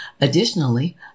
Additionally